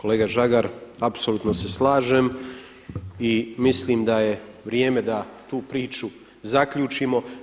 Kolega Žagar, apsolutno se slažem i mislim da je vrijeme da tu priču zaključimo.